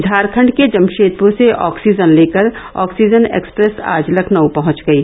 झारखण्ड के जमशेदपुर से ऑक्सीजन लेकर ऑक्सीजन एक्सप्रेस आज लखनऊ पहुंच गयी